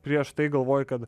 prieš tai galvojai kad